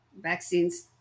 vaccines